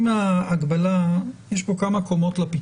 יש כאן כמה קומות לפתרון.